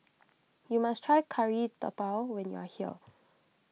you must try Kari Debal when you are here